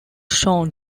shown